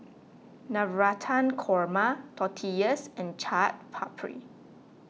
Navratan Korma Tortillas and Chaat Papri